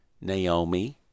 Naomi